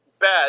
bad